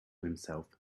himself